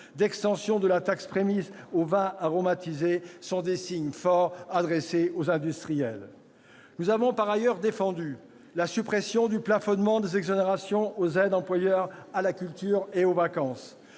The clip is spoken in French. l'extension de la « taxe prémix » aux vins aromatisés sont des signes forts adressés aux industriels. Nous avons par ailleurs défendu la suppression du plafonnement des exonérations aux aides employeur à la culture et aux vacances,